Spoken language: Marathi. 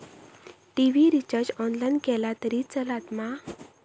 टी.वि रिचार्ज ऑनलाइन केला तरी चलात मा?